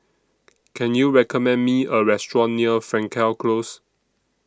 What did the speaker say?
Can YOU recommend Me A Restaurant near Frankel Close